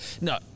No